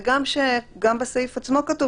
וגם שגם בסעיף עצמו כתוב,